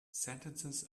sentences